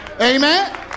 Amen